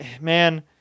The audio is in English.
man